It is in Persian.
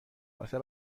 واسه